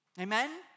Amen